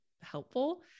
helpful